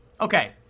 Okay